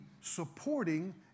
supporting